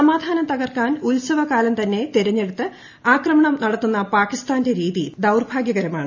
സമാധാനം തകർക്കാൻ ഉത്സവകാലം തന്നെ തെരെഞ്ഞെടുത്ത് ആക്രമണം നടത്തുന്ന പാകിസ്ഥാന്റെ രീതി തികച്ചും ദൌർഭാഗ്യ കരമാണ്